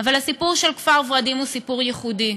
אבל הסיפור של כפר ורדים הוא סיפור ייחודי,